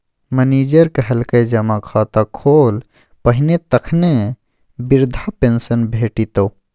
manager कहलकै जमा खाता खोल पहिने तखने बिरधा पेंशन भेटितौ